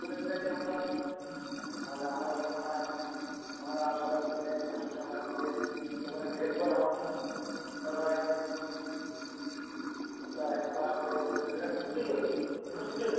তাহলে ঠিক আছে আমরা আচ্ছা তাহলে আমরা ওকে নাহয় আমরা সবাই মিলে মাস্টারমশাই ম্যাডাম মিলে ওকে একটু হেল্প করা হোক দরকার হয় এক দিন তিন দিন সপ্তাহে ক্লাস করে ওকে ছেলেটাকে তুলতেই হবে ভালো স্টুডেন্ট ও